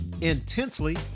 intensely